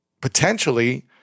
potentially